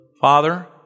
Father